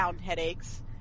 headaches